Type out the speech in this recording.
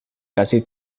casi